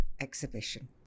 exhibition